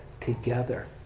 together